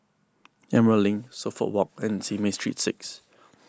Emerald Link Suffolk Walk and Simei Street six